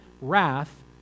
wrath